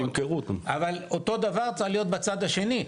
אבל אותו דבר צריך להיות בצד השני.